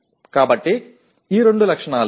కాబట్టి ఈ రెండు లక్షణాలు